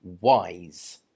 wise